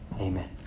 Amen